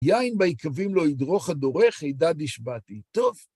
יין ביקבים לא ידרוך הדורך, הידד השבעתי. טוב.